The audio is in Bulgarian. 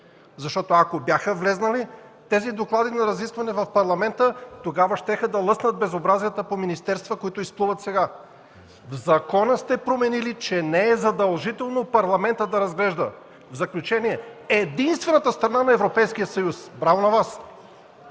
Ако бяха влезли тези доклади на разискване в Парламента, тогава щяха да лъснат безобразията по министерствата, които изплуват сега. В закона сте променили, че не е задължително Парламентът да разглежда докладите. В заключение, единствената страна на Европейския съюз. Браво на Вас!